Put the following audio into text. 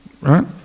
Right